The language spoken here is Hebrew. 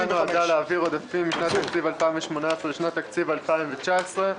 הפנייה נועדה להעביר עודפים משנת התקציב 2018 לשנת התקציב 2019,